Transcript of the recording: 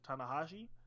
Tanahashi